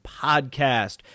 podcast